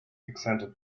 accented